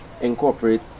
incorporate